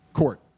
court